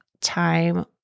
time